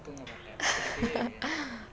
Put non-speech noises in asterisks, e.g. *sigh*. *laughs*